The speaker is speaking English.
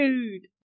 dude